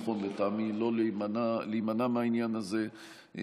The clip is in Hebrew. נכון לטעמי להימנע מהעניין הזה,